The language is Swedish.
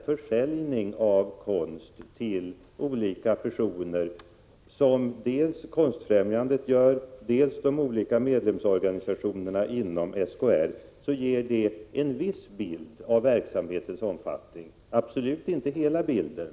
Försäljningen av konst från dels Konstfrämjandet, dels de olika medlemsorganisationerna inom SKR ger en bild av verksamhetens omfattning, men naturligtvis inte hela bilden.